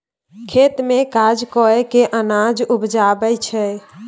खेत मे काज कय केँ अनाज उपजाबै छै